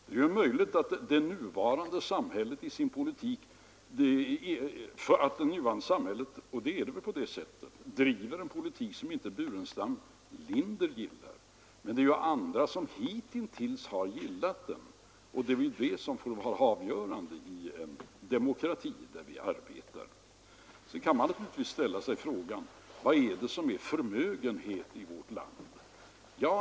Det är möjligt att det nuvarande samhället driver en politik som inte herr Burenstam Linder gillar, men det finns andra som hitintills har gillat den och det är detta som får vara avgörande i den demokrati där vi arbetar. Man kan naturligtvis ställa sig frågan: Vad är det som är förmögenhet i vårt land?